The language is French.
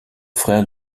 frère